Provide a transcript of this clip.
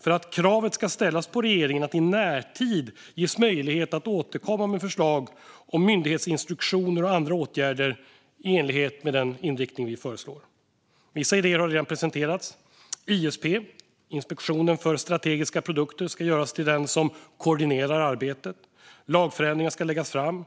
för att kravet ska ställas på regeringen att i närtid få möjlighet att återkomma med förslag om myndighetsinstruktioner och andra åtgärder i enlighet med den inriktning vi föreslår som Moderaterna har väckt det utskottsinitiativ som vi nu debatterar och ska besluta om i morgon. Vissa idéer har redan presenterats. ISP, Inspektionen för strategiska produkter, ska göras till den som koordinerar arbetet. Lagförändringar ska läggas fram.